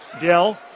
Dell